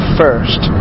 first